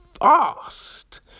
fast